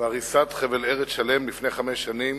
והריסת חבל ארץ שלם לפני חמש שנים,